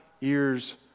ears